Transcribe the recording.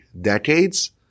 decades